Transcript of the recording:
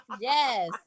yes